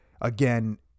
again